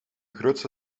grootste